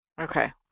Okay